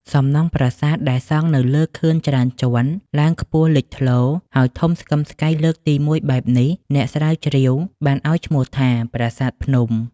សំណង់ប្រាសាទដែលសង់នៅលើខឿនច្រើនជាន់ឡើងខ្ពស់លេចធ្លោ ហើយធំស្កឹមស្កៃលើកទី១ បែបនេះ អ្នកស្រាវជ្រាវបានឲ្យឈ្មោះថា ប្រាសាទភ្នំ ។